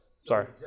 sorry